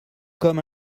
comme